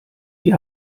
die